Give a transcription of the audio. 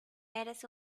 eres